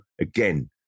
again